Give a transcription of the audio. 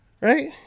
Right